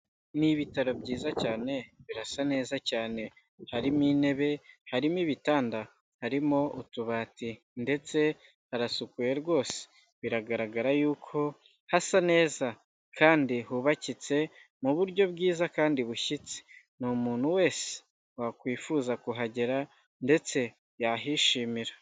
Ni ibitaro byiza cyane birasa neza cyane, harimo intebe, harimo ibitanda arimo utubati ndetse arasukuye rwose biragaragara yuko hasa neza kandi hubakitse mu buryo bwiza kandi bushyitse ni umuntu wese wakwifuza kuhagera ndetse yahishimira.